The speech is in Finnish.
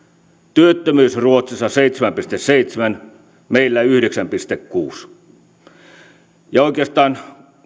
työttömyys ruotsissa seitsemän pilkku seitsemän meillä yhdeksän pilkku kuusi ja oikeastaan